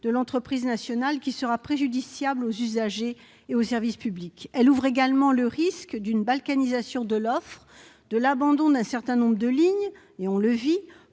de l'entreprise nationale, qui sera préjudiciable aux usagers et au service public. Elle ouvre également le risque d'une balkanisation de l'offre, de l'abandon d'un certain nombre de lignes, comme le